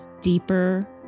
deeper